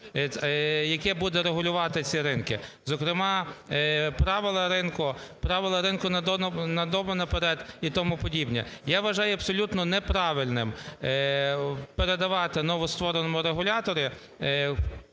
яке буде регулювати ці ринки, зокрема правила ринку, правила ринку "на добу наперед" і тому подібні. Я вважаю абсолютно неправильним передавати новоствореному регулятору